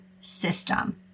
system